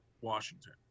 Washington